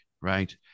right